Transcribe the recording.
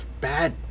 bad